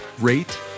rate